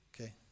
Okay